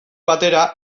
batera